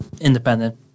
Independent